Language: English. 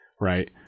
right